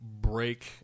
Break